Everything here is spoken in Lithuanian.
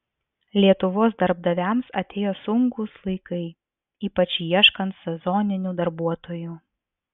lietuvos darbdaviams atėjo sunkūs laikai ypač ieškant sezoninių darbuotojų